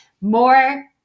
more